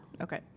Okay